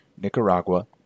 Nicaragua